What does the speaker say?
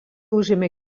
užėmė